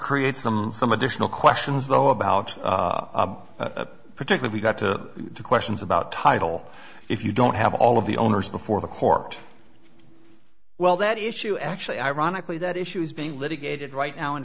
create some some additional questions though about a particular we've got to questions about title if you don't have all of the owners before the court well that issue actually ironically that issue is being litigated right now in